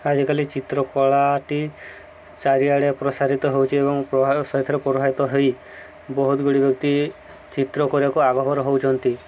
ଆଜିକାଲି ଚିତ୍ରକଳାଟି ଚାରିଆଡ଼େ ପ୍ରସାରିତ ହେଉଛି ଏବଂ ସଥିରେ ପ୍ରଭାବିତ ହୋଇ ବହୁତ ଗୁଡ଼ିଏ ବ୍ୟକ୍ତି ଚିତ୍ର କରିବାକୁ ଆଗଭର ହେଉଛନ୍ତି